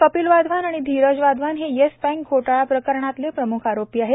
कपिल वाधवान आणि धीरज वाधवान हे Yes Bank घोटाळा प्रकरणातले प्रम्ख आरोपी आहेत